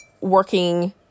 working